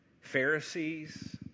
Pharisees